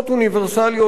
שהן מקובלות,